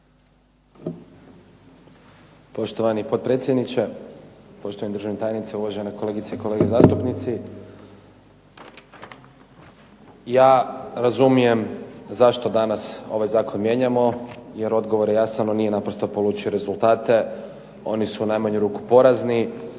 Poštovani potpredsjedniče, poštovani državni tajnici, uvažene kolegice i kolege zastupnici. Ja razumijem zašto danas ovaj zakon mijenjamo jer odgovor je jasan on nije naprosto polučio rezultate, oni su u najmanju ruku porazni